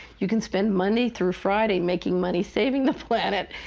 you can spend monday through friday making money saving the planet,